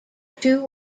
two